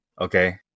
Okay